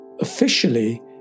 officially